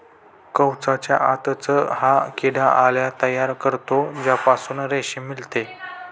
कवचाच्या आतच हा किडा अळ्या तयार करतो ज्यापासून रेशीम मिळते